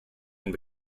and